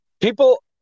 People